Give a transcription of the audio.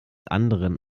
anderen